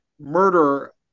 murder